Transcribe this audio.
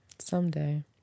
Someday